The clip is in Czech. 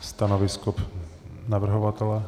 Stanovisko navrhovatele?